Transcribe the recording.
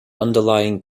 underlying